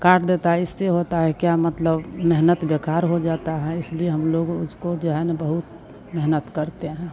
काट देता है इससे होता है क्या मतलब मेहनत बेकार हो जाता है इसलिए हम लोग उसको जो है ना बहुत मेहनत करते हैं